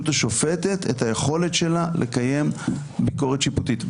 השופטת את היכולת שלה לקיים ביקורת שיפוטית.